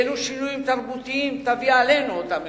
אילו שינויים תרבותיים תביא עלינו אותה מלחמה?